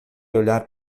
olhar